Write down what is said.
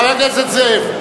חבר הכנסת זאב.